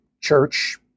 church